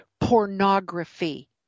pornography